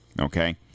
Okay